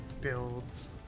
builds